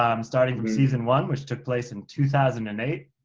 i'm starting from season one, which took place in two thousand and eight.